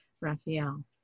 Raphael